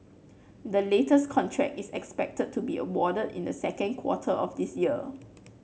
the latest contract is expected to be awarded in the second quarter of this year